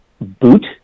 boot